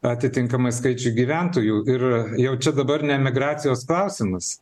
atitinkamai skaičiui gyventojų ir jau čia dabar ne emigracijos klausimas